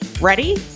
Ready